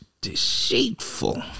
deceitful